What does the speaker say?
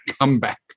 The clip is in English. comeback